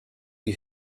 you